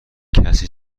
کسی